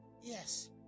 Yes